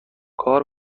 کار